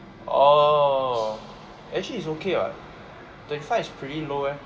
orh actually it's okay [what] thirty five is really low leh